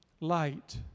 Light